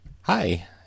Hi